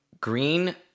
green